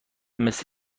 مثل